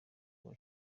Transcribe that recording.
kuwa